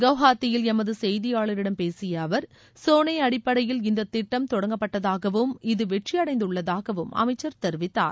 கவுஹாத்தியில் எமது செய்தியாளரிடம் பேசிய அவர் சோளை அடிப்படையில் இந்த திட்டம் தொடங்கப்பட்டதாகவும் இது வெற்றியடைந்துள்ளதாகவும் அமைச்சர் தெரிவித்தார்